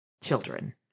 children